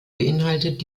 beinhaltet